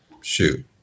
shoot